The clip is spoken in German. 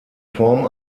form